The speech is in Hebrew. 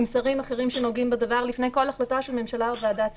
עם שרים אחרים שנוגעים בדבר לפני כל החלטה של ממשלה או ועדת שרים.